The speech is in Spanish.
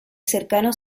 cercano